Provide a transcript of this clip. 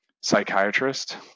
psychiatrist